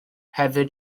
heather